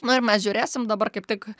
nu ir mes žiūrėsim dabar kaip tik